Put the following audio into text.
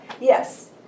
yes